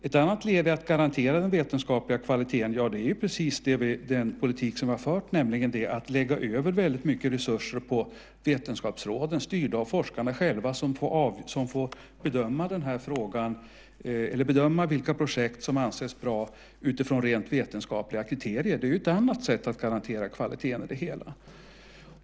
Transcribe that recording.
Ett annat led i att garantera den vetenskapliga kvaliteten är precis den politik som vi fört, nämligen genom att lägga över väldigt mycket resurser på vetenskapsråden. Dessa är styrda av forskarna, och de får bedöma vilka projekt som anses bra utifrån rent vetenskapliga kriterier. Det är ett annat sätt att garantera kvaliteten i det hela.